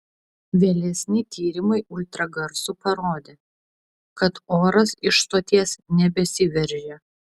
vėlesni tyrimai ultragarsu parodė kad oras iš stoties nebesiveržia